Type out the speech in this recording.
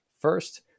first